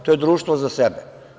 To je društvo za sebe.